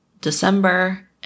December